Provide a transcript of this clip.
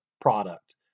product